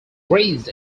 raised